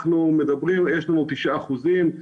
יש לנו תשעה אחוזים.